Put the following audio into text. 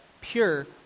pure